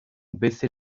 baisser